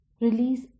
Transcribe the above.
Release